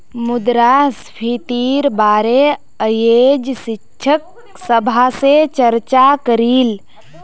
मुद्रास्फीतिर बारे अयेज शिक्षक सभा से चर्चा करिल